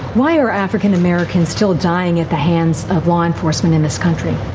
why are african-american still dying at the hands of law enforcement in this country?